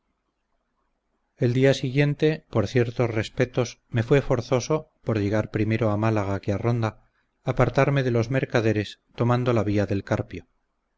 el día siguiente por ciertos respetos me fue forzoso por llegar primero a málaga que a ronda apartarme de los mercaderes tomando la vía del carpio